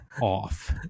off